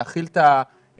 היא להכיל את הסגר.